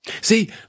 See